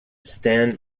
stan